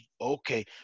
okay